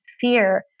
fear